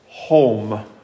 home